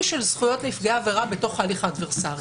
של זכויות נפגעי עבירה בהליך האדברסרי.